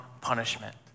punishment